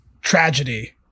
tragedy